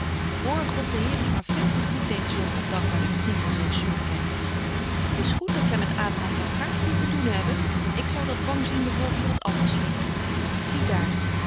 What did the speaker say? hoor god de heer is maar veel te goed tegen zulke ondankbare kniezers en zuurkykers t is goed dat zy met abraham blankaart niet te doen hebben ik zou dat bangziende volkje wat anders leren zie daar